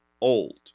old